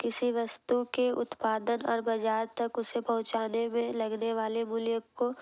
किसी वस्तु के उत्पादन और बाजार तक उसे पहुंचाने में लगने वाले मूल्य को